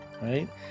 right